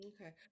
Okay